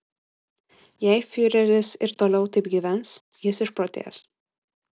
jei fiureris ir toliau taip gyvens jis išprotės